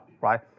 right